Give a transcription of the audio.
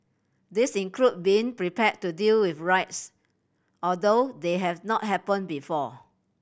these include being prepared to deal with riots although they have not happened before